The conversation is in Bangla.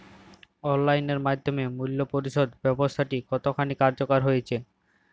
অনলাইন এর মাধ্যমে মূল্য পরিশোধ ব্যাবস্থাটি কতখানি কার্যকর হয়েচে?